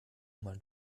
mal